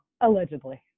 allegedly